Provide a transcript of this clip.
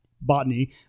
botany